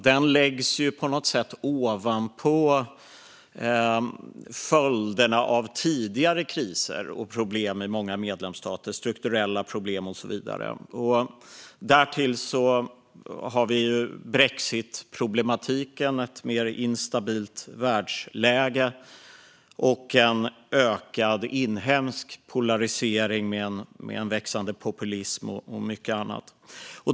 Den läggs på något sätt ovanpå följderna av tidigare kriser och problem, strukturella problem och så vidare, i många medlemsstater. Därtill har vi brexitproblematiken, ett mer instabilt världsläge, en ökad inhemsk polarisering med en växande populism och mycket annat.